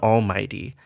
Almighty